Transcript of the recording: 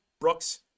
Brooks